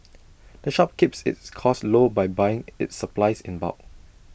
the shop keeps its costs low by buying its supplies in bulk